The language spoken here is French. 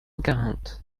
quarante